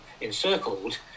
encircled